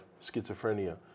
schizophrenia